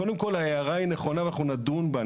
קודם כל ההערה היא נכונה ואנחנו נדון בה.